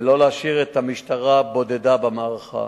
ולא להשאיר את המשטרה בודדה במערכה.